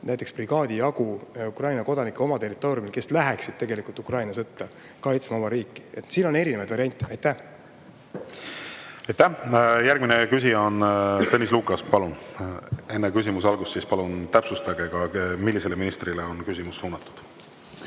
näiteks brigaadi jagu Ukraina kodanikke, kes läheksid Ukraina sõtta kaitsma oma riiki. Siin on erinevaid variante. Aitäh! Järgmine küsija on Tõnis Lukas. Palun! Enne küsimuse algust palun täpsustage, millisele ministrile on küsimus suunatud.